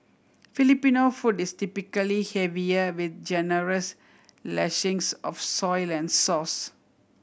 Filipino food is typically heavier with generous lashings of soy and sauce